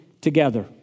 together